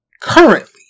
currently